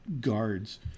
guards